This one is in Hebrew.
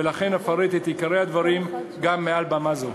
ולכן אפרט את עיקרי הדברים גם מעל במה זו.